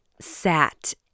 sat